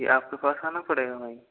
जी आपके पास आना पड़ेगा वहीं